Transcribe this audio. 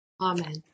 Amen